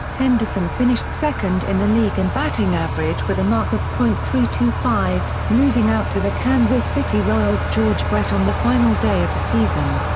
henderson finished second in the league in batting average with a mark of point three two five, losing out to the kansas city royals' george brett on the final day of the season.